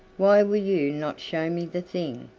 why will you not show me the thing?